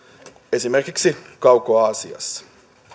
esimerkiksi kauko aasiassa